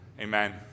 Amen